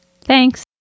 Thanks